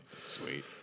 Sweet